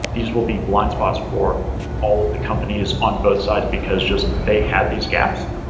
these will be blind spots for all of the companies on both sides, because just they have these gaps.